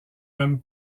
homme